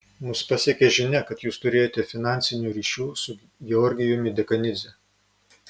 mus pasiekė žinia kad jūs turėjote finansinių ryšių su georgijumi dekanidze